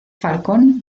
falcón